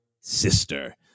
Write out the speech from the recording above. sister